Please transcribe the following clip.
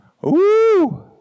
Woo